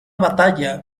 batalla